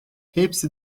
hepsi